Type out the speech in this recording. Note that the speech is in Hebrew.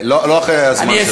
לא אחרי הזמן,